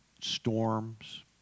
storms